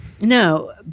No